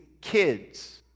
kids